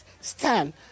stand